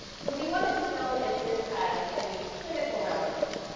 so we wanted to know if this has any clinical relevance.